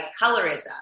colorism